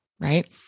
right